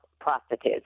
prostitutes